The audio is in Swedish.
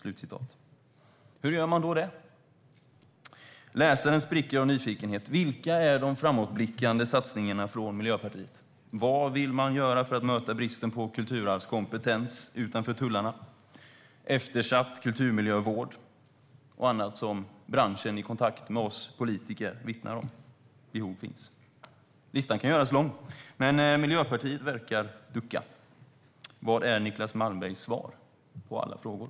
Hur gör man då det? Läsaren spricker av nyfikenhet. Vilka är de framåtblickande satsningarna från Miljöpartiet? Vad vill de göra för att möta bristen på kulturarvskompetens utanför tullarna? Vad vill de göra åt en eftersatt kulturmiljövård och annat som branschen i kontakt med oss politiker vittnar om? Behov finns. Listan kan göras lång. Men Miljöpartiet verkar ducka. Vad är Niclas Malmbergs svar på alla frågor?